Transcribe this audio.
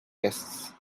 guests